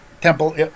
temple